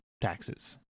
taxes